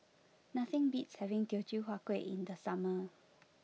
nothing beats having Teochew Huat Kueh in the summer